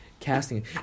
Casting